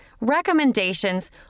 recommendations